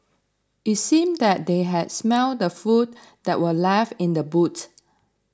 it seemed that they had smelt the food that were left in the boot